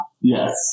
Yes